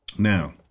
Now